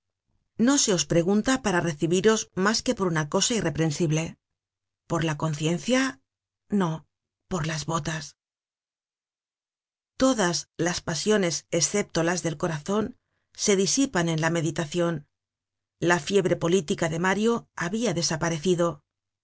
no se os pregunta para recibiros mas que por una cosa irreprensible por la conciencia no por las botas todas las pasiones escepto las del corazon se disipan en la meditacion la fiebre política de mario habia desaparecido